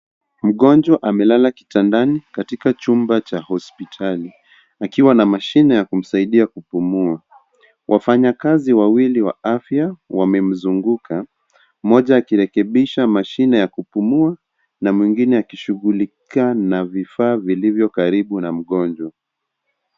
Mgonjwa amelala kitandani katika chumba cha hospitali ,akiwa na mashine ya kumsaidia kupumua. Wafanyikazi wawili wa afya wamemzungukwa mmoja akirekebisha mashine ya kupumua na mwingine akishughulika na vifaa vilivyo karibu na mgonjwa.